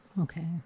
Okay